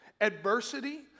adversity